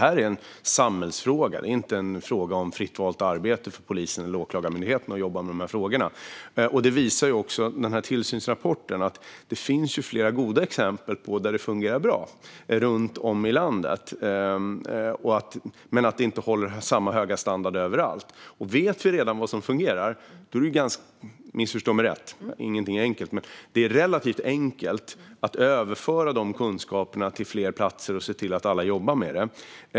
Detta är en samhällsfråga. Det är inte en fråga om fritt valt arbete för polisen eller Åklagarmyndigheten att jobba med dessa frågor. Tillsynsrapporten visar också att det finns flera goda exempel runt om i landet där det fungerar bra men att det inte håller samma höga standard överallt. Missförstå mig rätt - ingenting är enkelt - men om vi redan vet vad som fungerar är det relativt enkelt att överföra dessa kunskaper till fler platser och se till att alla jobbar med detta.